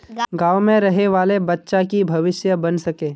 गाँव में रहे वाले बच्चा की भविष्य बन सके?